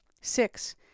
six